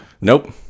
Nope